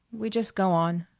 we just go on.